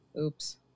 Oops